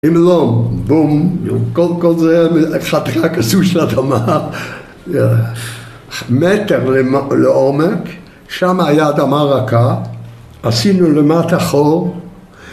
‫אם לא, בום, כל זה חתיכה כזו ‫של אדמה, מטר לעומק. ‫שמה היה אדמה רכה, ‫עשינו למטה חור.